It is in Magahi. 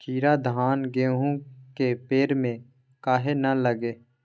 कीरा धान, गेहूं के पेड़ में काहे न लगे?